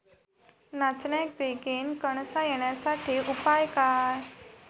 नाचण्याक बेगीन कणसा येण्यासाठी उपाय काय?